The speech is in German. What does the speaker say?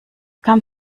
kam